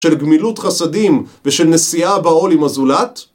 של גמילות חסדים ושל נשיאה בעול עם הזולת